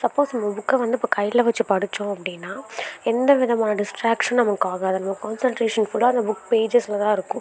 suppose நம்ப புக்கை வந்து இப்போ கையில வச்சு படிச்சோம் அப்படின்னா எந்த விதமான டிஸ்ட்ராக்ஷனும் நமக்கு ஆகாது நம்ம கான்செண்ட்ரேஷன் ஃபுல்லாக அந்த புக் பேஜஸ்ல தான் இருக்கும்